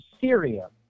Syria